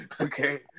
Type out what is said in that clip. Okay